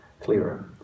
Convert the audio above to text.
clearer